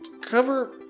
cover